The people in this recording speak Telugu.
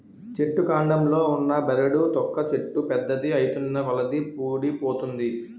చెట్టు కాండంలో ఉన్న బెరడు తొక్క చెట్టు పెద్దది ఐతున్నకొలది వూడిపోతుంది